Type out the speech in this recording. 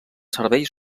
serveis